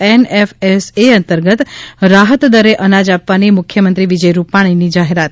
NFSA અંતર્ગત રાહતદરે અનાજ આપવાની મુખ્યમંત્રી વિજય રૂપાણીની જાહેરાત